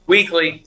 Weekly